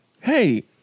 hey